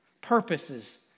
purposes